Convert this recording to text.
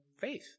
faith